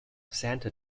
santa